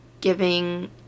giving